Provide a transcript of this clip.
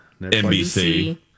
NBC